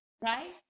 Right